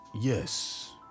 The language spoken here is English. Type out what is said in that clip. Yes